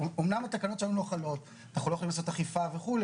אמנם התקנות שלנו לא חלות אנחנו לא יכולים לעשות אכיפה וכו',